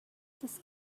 this